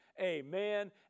amen